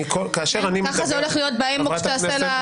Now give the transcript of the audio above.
כך זה הולך להיות באמוק שתעשה?